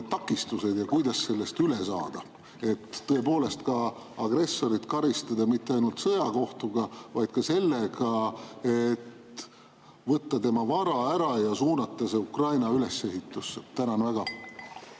takistused ja kuidas neist üle saada, et tõepoolest agressorit karistada mitte ainult sõjakohtuga, vaid ka sellega, et võtta tema vara ära ja suunata see Ukraina ülesehitusse? Tänan,